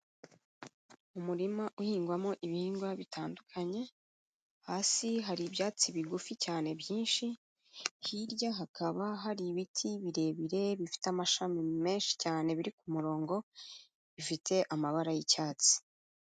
Umurima uhingwamo ibihingwa bitandukanye, hasi hari ibyatsi bigufi cyane byinshi, hirya hakaba hari ibiti birebire bifite amashami menshi cyane biri ku murongo bifite amabara y'icyatsi.